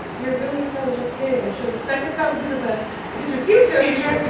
you're a really intelligent kid. i'm sure the second time the the best because your future future.